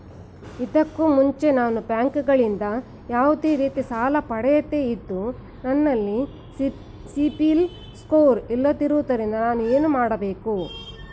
ಇದಕ್ಕೂ ಮುಂಚೆ ನಾನು ಬ್ಯಾಂಕ್ ಗಳಿಂದ ಯಾವುದೇ ರೀತಿ ಸಾಲ ಪಡೆಯದೇ ಇದ್ದು, ನನಲ್ಲಿ ಸಿಬಿಲ್ ಸ್ಕೋರ್ ಇಲ್ಲದಿರುವುದರಿಂದ ನಾನು ಏನು ಮಾಡಬೇಕು?